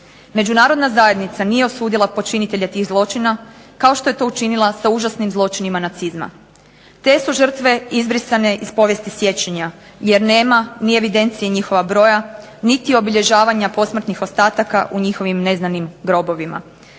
Međunarodna zajednica nije osudila počinitelje tih zločina kao što je to učinila sa užasnim zločinima nacizma. Te su žrtve izbrisane iz povijesti sjećanja jer nema ni u evidenciji njihova broja, niti obilježavanja posmrtnih ostataka u njihovim neznanim grobovima.